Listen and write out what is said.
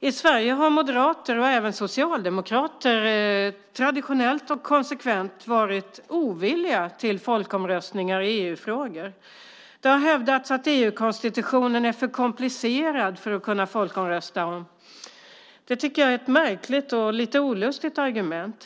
I Sverige har moderater och även socialdemokrater traditionellt och konsekvent varit ovilliga till folkomröstningar i EU-frågor. Det har hävdats att EU-konstitutionen är för komplicerad för att kunna folkomröstas om. Det tycker jag är ett märkligt och lite olustigt argument.